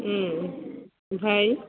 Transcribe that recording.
ओमफ्राय